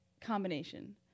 combination